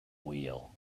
wheel